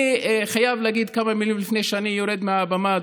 אני חייב להגיד כמה מילים לפני שאני יורד מהבמה,